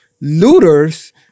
looters